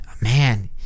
man